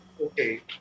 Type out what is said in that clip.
okay